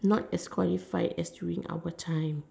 not as qualified as during our time